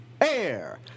air